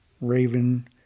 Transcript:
Raven